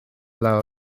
lawr